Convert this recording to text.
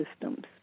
systems